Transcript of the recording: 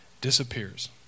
disappears